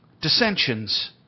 Dissensions